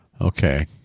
Okay